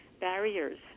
barriers